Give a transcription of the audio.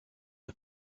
the